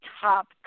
top